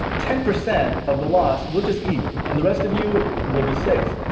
ten percent of the loss we'll just eat, and the rest of you will be safe.